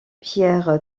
pierre